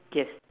yes